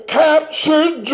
captured